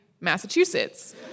Massachusetts